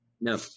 No